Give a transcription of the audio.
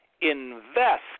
invest